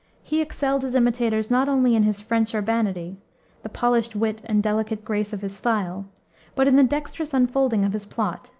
he excelled his imitators not only in his french urbanity the polished wit and delicate grace of his style but in the dexterous unfolding of his plot,